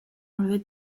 order